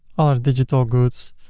digital goods.